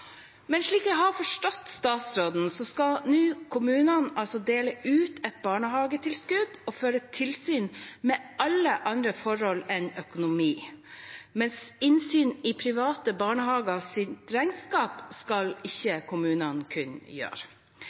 Men slik jeg har forstått statsråden, skal nå kommunene dele ut et barnehagetilskudd og føre tilsyn med alle andre forhold enn økonomi, mens innsyn i private barnehagers regnskap skal ikke kommunene